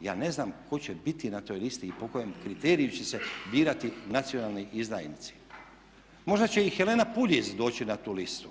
Ja ne znam tko će biti na toj listi i po kojem kriteriju će se birati nacionalni izdajnici. Možda će i Helena Puljiz doći na tu listu.